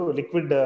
liquid